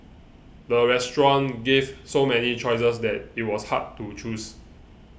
the restaurant gave so many choices that it was hard to choose